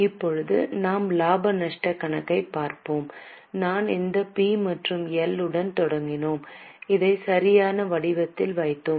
இப்போது நாம் லாப நஷ்டக் கணக்கைப் பார்ப்போம் நாம் இந்த பி மற்றும் எல் உடன் தொடங்கினோம் இதை சரியான வடிவத்தில் வைத்தோம்